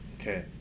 okay